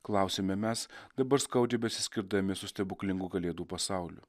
klausiame mes dabar skaudžiai besiskirdami su stebuklingų kalėdų pasauliu